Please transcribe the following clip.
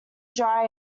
dry